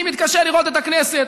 אני מתקשה לראות את הכנסת